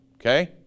Okay